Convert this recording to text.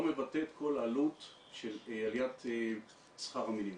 מבטא את כל העלות של עליית שכר המינימום.